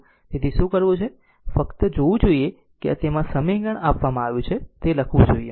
તેથી શું કરવું છે ફક્ત જોવું જોઈએ કે તેમાં સમીકરણ આપવામાં આવ્યું છે તે લખવું જોઈએ